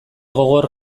gogor